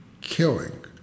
killing